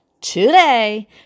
today